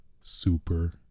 super